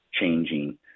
changing